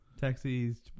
Taxis